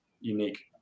unique